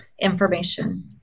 information